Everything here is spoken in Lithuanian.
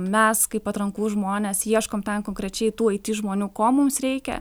mes kaip atrankų žmonės ieškom ten konkrečiai tų it žmonių ko mums reikia